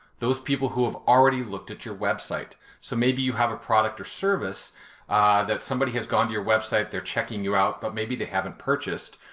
those people who have already looked at your website. so maybe you have a product or service that somebody has gone to your website, they're checking you out, but maybe they haven't purchased.